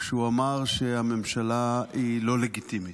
כשהוא אמר שהממשלה היא לא לגיטימית.